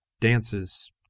dances